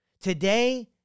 Today